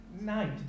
night